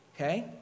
okay